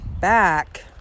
back